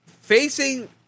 Facing